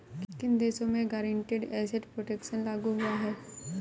किन देशों में गारंटीड एसेट प्रोटेक्शन लागू हुआ है?